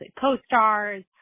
co-stars